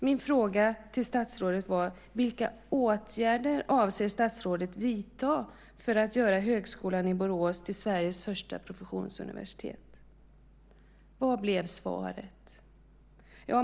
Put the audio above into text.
Min fråga till statsrådet var följande: Vilka åtgärder avser statsrådet att vidta för att göra Högskolan i Borås till Sveriges första professionsuniversitet? Vad blev svaret?